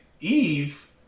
Eve